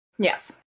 Yes